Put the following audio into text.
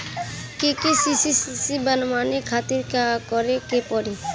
KCC बनवावे खातिर का करे के पड़ी?